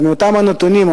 מאותם נתונים,